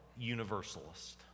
universalist